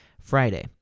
Friday